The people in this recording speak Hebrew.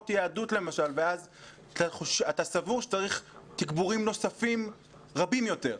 יהדות למשל ואז אתה סבור שצריך תגבורים נוספים רבים יותר?